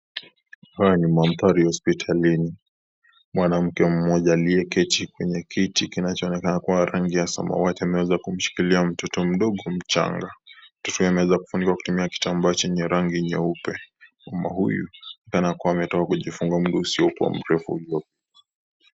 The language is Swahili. Haya ni mandhari ya hospitalini, mwanamke mmoja aliyeketi kwenye kiti kinachoonekana kuwa rangi ya smawati ameweza kushikilia mtoto mdogo mchanga, mtoto huyu ameweza kufunikwa kutumia kitambaa chenye rangi nyeupe, mama huyu anaonekana kuwa ametoka kujifungua muda usiokuwa mrefu.